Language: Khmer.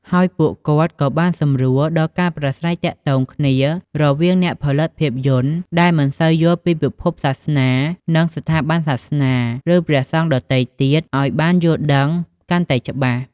ហើយពួកគាត់ក៏បាន សម្រួលដល់ការប្រាស្រ័យទាក់ទងគ្នា រវាងអ្នកផលិតភាពយន្តដែលមិនសូវយល់ពីពិភពសាសនា និង ស្ថាប័នសាសនា ឬព្រះសង្ឃដទៃទៀតអោយបានយល់ដឹងកាន់តែច្បាស់។